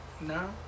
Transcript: No